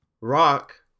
rock